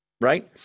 right